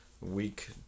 week